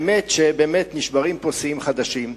האמת שבאמת נשברים פה שיאים חדשים,